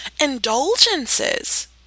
indulgences